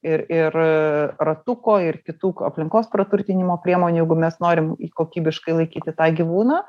ir ir ratuko ir kitų aplinkos praturtinimo priemonių jeigu mes norim kokybiškai laikyti tą gyvūną